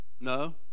No